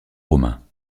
romain